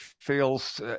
feels